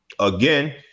again